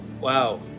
wow